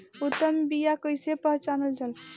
उत्तम बीया कईसे पहचानल जाला?